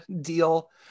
deal